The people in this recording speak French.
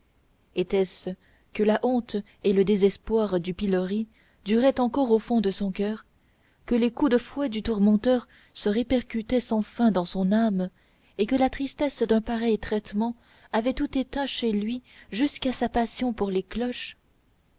était-ce que la honte et le désespoir du pilori duraient encore au fond de son coeur que les coups de fouet du tourmenteur se répercutaient sans fin dans son âme et que la tristesse d'un pareil traitement avait tout éteint chez lui jusqu'à sa passion pour les cloches